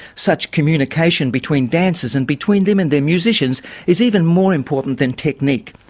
such communication between dancers and between them and their musicians is even more important than technique.